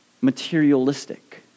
materialistic